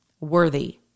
worthy